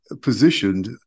positioned